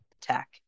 tech